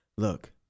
Look